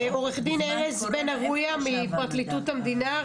עו"ד ארז בן ארויה מפרקליטות המדינה,